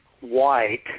white